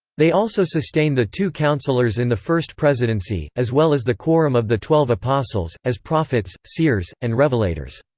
they also sustain the two counselors in the first presidency, as well as the quorum of the twelve apostles, as prophets, seers, and revelators.